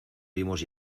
vimos